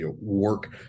work